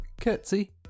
curtsy